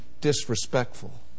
disrespectful